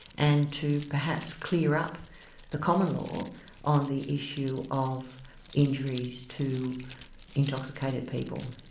and to perhaps clear up the common law on the issue of injuries to intoxicated people.